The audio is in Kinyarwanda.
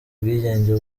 ubwigenge